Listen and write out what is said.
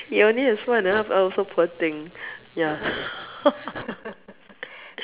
he only has four and a half oh so poor thing ya